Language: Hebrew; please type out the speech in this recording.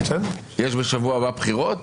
יש בשבוע הבא בחירות?